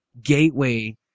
gateway